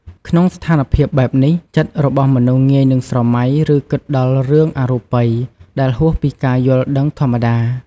ក្នុងស្ថានភាពបែបនេះ ចិត្តរបស់មនុស្សងាយនឹងស្រមៃ ឬគិតដល់រឿងអរូបី ដែលហួសពីការយល់ដឹងធម្មតា ។